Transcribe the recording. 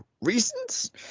reasons